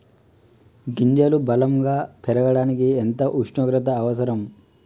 గింజలు బలం గా పెరగడానికి ఎంత ఉష్ణోగ్రత అవసరం?